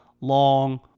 long